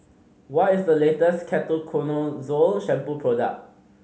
what is the latest Ketoconazole Shampoo product